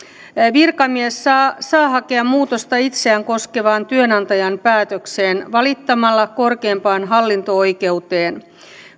virkamies saa saa hakea muutosta itseään koskevaan työnantajan päätökseen valittamalla korkeimpaan hallinto oikeuteen